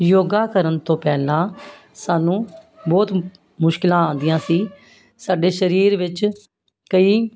ਯੋਗਾ ਕਰਨ ਤੋਂ ਪਹਿਲਾਂ ਸਾਨੂੰ ਬਹੁਤ ਮੁਸ਼ਕਲਾਂ ਆਉਂਦੀਆਂ ਸੀ ਸਾਡੇ ਸਰੀਰ ਵਿੱਚ ਕਈ